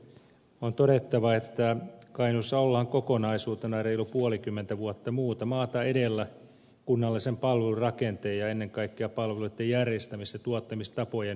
on todettava että kainuussa ollaan kokonaisuutena reilut puolikymmentä vuotta muuta maata edellä kunnallisen palvelurakenteen ja ennen kaikkea palveluitten järjestämis ja tuottamistapojen kehittämisessä